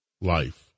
life